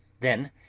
then,